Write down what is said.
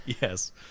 Yes